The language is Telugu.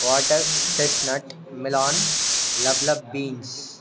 water chestnut melon lablab beans